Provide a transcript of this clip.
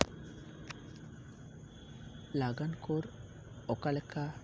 ᱞᱟᱜᱟᱱ ᱠᱚᱨ ᱚᱠᱟᱞᱮᱠᱟ